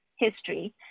history